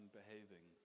behaving